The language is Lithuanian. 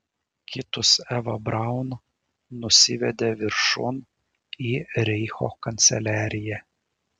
kitus eva braun nusivedė viršun į reicho kanceliariją